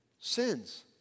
sins